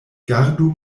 gardu